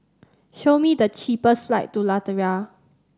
show me the cheapest flight to Latvia